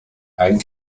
and